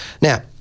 Now